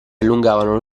allungavano